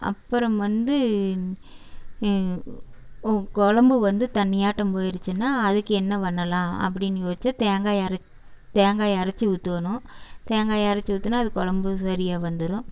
அப்புறம் வந்து ஓ குழம்பு வந்து தண்ணியாட்டம் போயிடுச்சுனா அதுக்கு என்ன பண்ணலாம் அப்படின்னு யோசித்தா தேங்காயை அரச் தேங்காயை அரைச்சி ஊற்றணும் தேங்காயை அரைச்சி ஊற்றினா அது குழம்பு சரியாக வந்துடும்